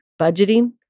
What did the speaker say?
budgeting